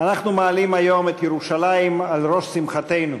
אנחנו מעלים היום את ירושלים על ראש שמחתנו